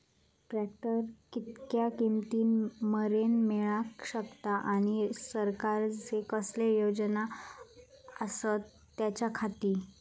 Tractor कितक्या किमती मरेन मेळाक शकता आनी सरकारचे कसले योजना आसत त्याच्याखाती?